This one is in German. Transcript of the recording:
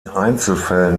einzelfällen